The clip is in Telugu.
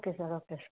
okay sir okay sir